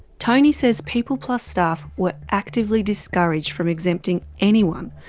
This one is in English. tony says peopleplus staff were actively discouraged from exempting anyone,